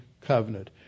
covenant